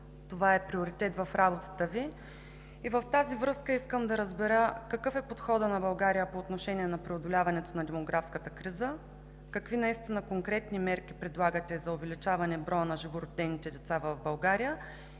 това е приоритет в работата Ви. И в тази връзка искам да разбера: какъв е подходът на България по отношение на преодоляването на демографската криза, какви конкретни мерки предлагате за увеличаване броя на живородените деца в България